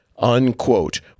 unquote